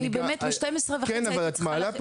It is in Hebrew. אני באמת מ-12:30 הייתי צריכה להיות כבר בחוץ -- כן,